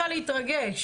להתרגש.